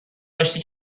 آشتی